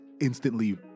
instantly